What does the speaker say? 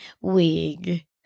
wig